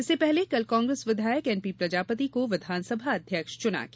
इससे पहले कल कांग्रेस विधायक एनपी प्रजापति को विधानसभा अध्यक्ष चुना गया